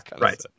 right